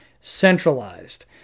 centralized